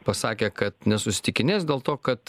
pasakė kad nesusitikinės dėl to kad